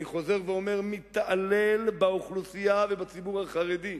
ואני חוזר ואומר: מתעלל באוכלוסייה ובציבור החרדי,